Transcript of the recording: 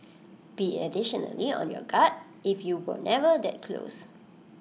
be additionally on your guard if you were never that close